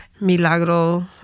Milagro